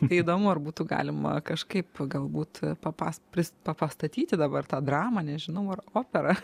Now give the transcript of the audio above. tai įdomu ar būtų galima kažkaip galbūt papas pris pa pastatyti dabar tą dramą nežinau ar operą